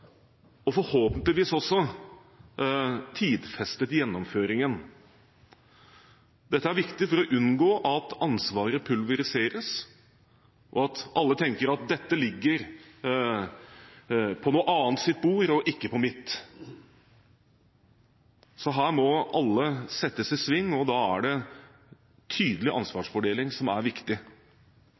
å unngå at ansvaret pulveriseres, og at alle tenker at dette ligger på noen andres bord, og ikke på mitt. Så her må alle settes i sving, og da er det tydelig ansvarsfordeling som er viktig.